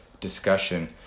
discussion